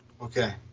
Okay